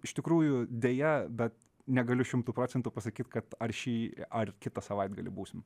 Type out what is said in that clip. iš tikrųjų deja bet negaliu šimtu procentų pasakyt kad ar šį ar kitą savaitgalį būsim